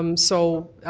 um so